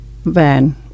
van